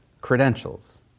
credentials